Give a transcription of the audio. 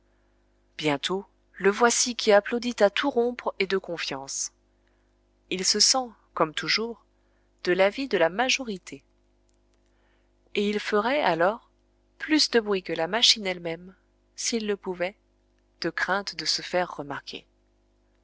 bientôt le voici qui applaudit à tout rompre et de confiance il se sent comme toujours de l'avis de la majorité et il ferait alors plus de bruit que la machine elle-même s'il le pouvait de crainte de se faire remarquer